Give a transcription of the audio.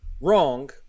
wrong